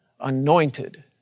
anointed